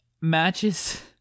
matches